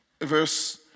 verse